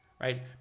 right